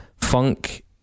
Funk